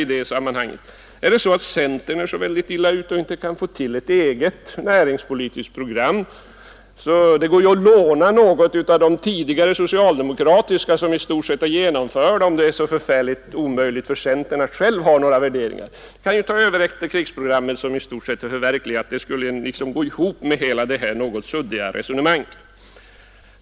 Om det är så omöjligt för centern att själv ha några egna värderingar och om partiet är så väldigt illa ute att det inte kan få till ett eget näringspolitiskt program, går det ju att låna något av de tidigare socialdemokratiska som i stort sett är genomförda. Ni kan ju överta efterkrigsprogrammet, som i stort sett är förverkligat. Det skulle gå ihop med detta något suddiga resonemang.